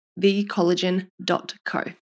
thecollagen.co